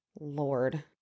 Lord